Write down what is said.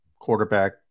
quarterback